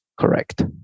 correct